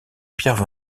pierre